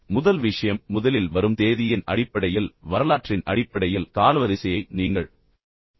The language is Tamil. எனவே முதல் விஷயம் முதலில் வரும் தேதியின் அடிப்படையில் வரலாற்றின் அடிப்படையில் காலவரிசையை நீங்கள் கொடுக்கலாம்